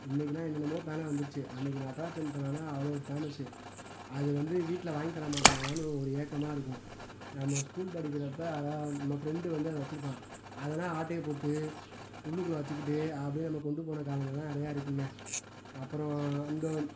இன்றைக்குலாம் என்னென்னமோ பேனா வந்துருச்சு அன்றைக்கு நடராஜன் பேனானால் அவ்வளோ ஃபேமஸ்ஸு அதை வந்து வீட்டில் வாங்கி தர மாட்டாங்களான்னு ஒரு ஏக்கமாக இருக்கும் நம்ம ஸ்கூல் படிக்கிறப்ப அதை நம்ம ஃப்ரெண்டு வந்து அதை வச்சு இருப்பான் அதெல்லாம் ஆட்டையை போட்டு உள்ளுக்குள்ளே வச்சுக்கிட்டு அப்படியே நம்ம கொண்டு போன காலங்கெல்லாம் நிறையா இருக்குங்க அப்புறம் அந்த